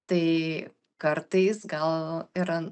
tai kartais gal yra